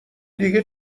دیگه